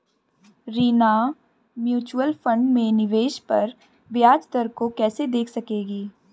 Reena mutual fund में निवेश पर ब्याज दर को कैसे देख सकेगी?